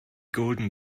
golden